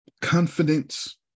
Confidence